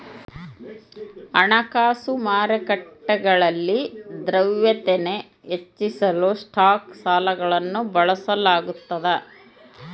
ಹಣಕಾಸು ಮಾರುಕಟ್ಟೆಗಳಲ್ಲಿ ದ್ರವ್ಯತೆನ ಹೆಚ್ಚಿಸಲು ಸ್ಟಾಕ್ ಸಾಲಗಳನ್ನು ಬಳಸಲಾಗ್ತದ